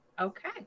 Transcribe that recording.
Okay